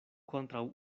kontraŭ